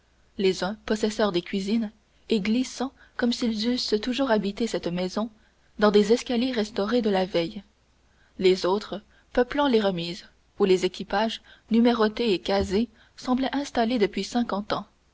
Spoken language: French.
les uns possesseurs des cuisines et glissant comme s'ils eussent toujours habité cette maison dans des escaliers restaurés de la veille les autres peuplant les remises où les équipages numérotés et casés semblaient installés depuis cinquante ans